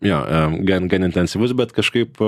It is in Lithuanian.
jo am gan gan intensyvus bet kažkaip